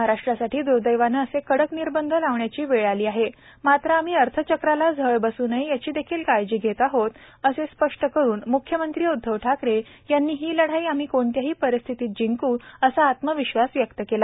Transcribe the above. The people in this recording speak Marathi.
महाराष्ट्रासाठी दुर्दैवाने असे कडक निर्बंध लावण्याची वेळ आली आहे मात्र आम्ही अर्थचक्राला झळ बस् नये याची देखील काळजी घेत आहोत असे स्पष्ट करून म्ख्यमंत्री उदधव ठाकरे यांनी ही लढाई आम्ही कोणत्याही परिस्थितीत जिंकूत असा आत्मविश्वास व्यक्त केला